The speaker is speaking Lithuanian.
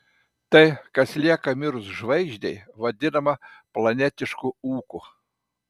tai kas lieka mirus žvaigždei vadinama planetišku ūku